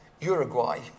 Uruguay